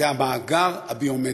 זה המאגר הביומטרי,